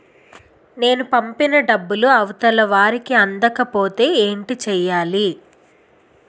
నేను పంపిన డబ్బులు అవతల వారికి అందకపోతే ఏంటి చెయ్యాలి?